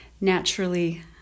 naturally